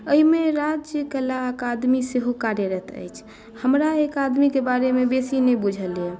एहिमे राज्य कलाके आदमी सेहो कार्यरत अछि हमरा एक आदमीके बारेमे बेसी नहि बुझल अहि